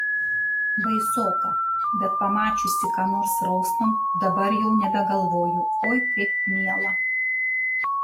baisoka bet pamačiusi ką nors raustant dabar jau nebegalvoju oi kaip miela